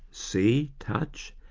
see, touch,